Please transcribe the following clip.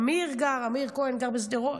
אמיר כהן גר בשדרות,